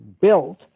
built